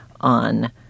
on